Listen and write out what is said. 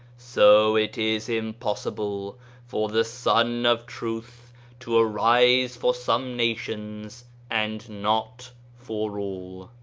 so it is impossible for the sun of truth to arise for some nations and not for all.